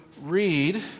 read